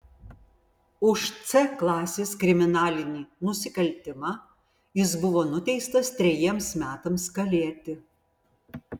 už c klasės kriminalinį nusikaltimą jis buvo nuteistas trejiems metams kalėti